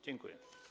Dziękuję.